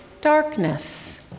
darkness